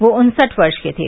वे उन्सठ वर्ष के थे